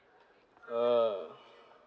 err